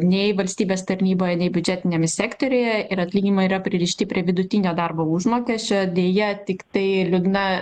nei valstybės tarnyboje nei biudžetiniame sektoriuje ir atlyginimai yra pririšti prie vidutinio darbo užmokesčio deja tiktai liūdna